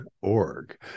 org